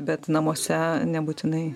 bet namuose nebūtinai